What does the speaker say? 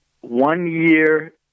one-year